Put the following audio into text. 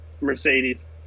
Mercedes